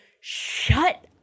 shut